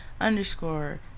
underscore